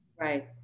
Right